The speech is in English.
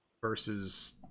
versus